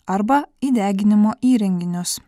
arba į deginimo įrenginius